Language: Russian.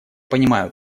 понимаю